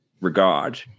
regard